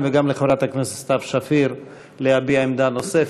וגם לחברת הכנסת סתיו שפיר להביע עמדה נוספת,